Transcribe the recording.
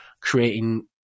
creating